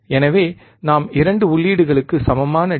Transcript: எனவே நாம் 2 உள்ளீடுகளுக்கு சமமான டி